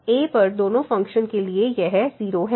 अत a पर दोनों फ़ंक्शन के लिए यह 0 है